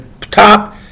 top